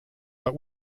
but